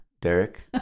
Derek